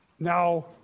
now